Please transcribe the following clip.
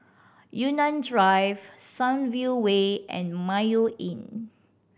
Yunnan Drive Sunview Way and Mayo Inn